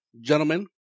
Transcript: gentlemen